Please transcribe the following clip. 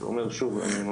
חשוב מאוד